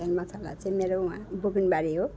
मसँग चाहिँ मेरो उहाँ बुबिनबारी हो